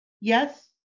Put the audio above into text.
Yes